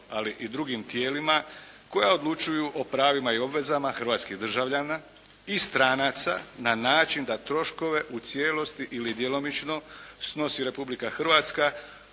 ali i drugim tijelima koja odlučuju o pravima i obvezama hrvatskih državljana i stranaca na način da troškove u cijelosti ili djelomično snosi Republika Hrvatska